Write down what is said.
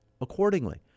accordingly